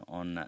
on